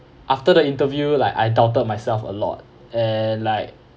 after the interview like I doubted myself a lot and like